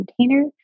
container